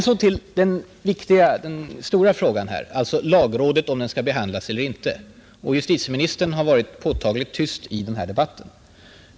Så till den viktigare saken om lagrådet. Justitieministern har varit påtagligt tyst i denna debatt.